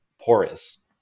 porous